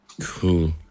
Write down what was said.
Cool